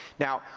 now,